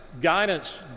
guidance